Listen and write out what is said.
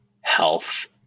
health